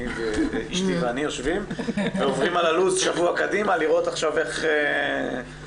אשתי ואני יושבים ועוברים על הלו"ז שבוע קדימה לראות איך מתכננים אותו.